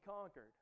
conquered